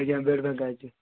ଆଜ୍ଞା ବେଡ଼୍ ଫାଙ୍କା ଅଛି